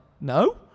No